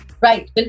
Right